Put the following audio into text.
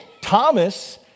Thomas